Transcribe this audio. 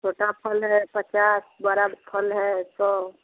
छोटा फल है पचास बड़ा फल है सौ